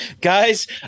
Guys